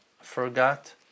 forgot